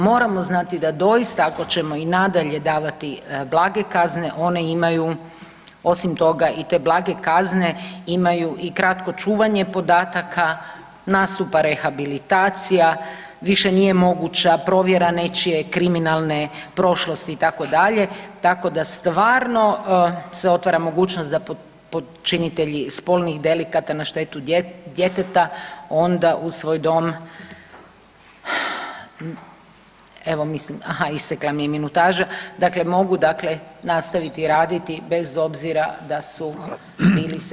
Moramo znati da doista ako ćemo i nadalje davati blage kazne one imaju osim toga i te blage kazne imaju i kratko čuvanje podataka, nastupa rehabilitacija, više nije moguća provjera nečije kriminalne prošlosti itd., tako da stvarno se otvara mogućnost da počinitelji spolnih delikata na štetu djeteta onda u svoj dom, evo mislim, aha istekla mi je minutaža, dakle mogu dakle nastaviti raditi bez obzira da su bili seksualni predatori.